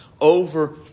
over